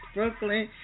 Brooklyn